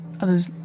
Others